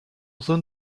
zone